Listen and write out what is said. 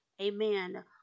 Amen